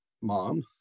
mom